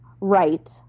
right